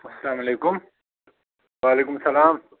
اَسلام علیکُم وعلیکُم سَلام